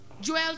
Joel